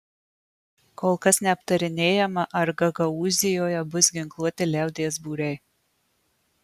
kol kas neaptarinėjama ar gagaūzijoje bus ginkluoti liaudies būriai